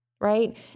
right